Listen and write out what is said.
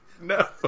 No